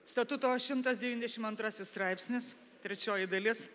statuto šimtas devyniasdešim antrasis straipsnis trečioji dalis